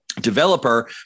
developer